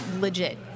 legit